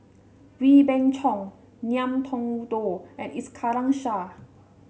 Wee Beng Chong Ngiam Tong Dow and Iskandar Shah